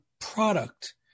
product